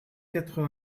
quatre